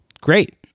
Great